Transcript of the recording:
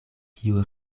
kiu